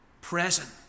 Present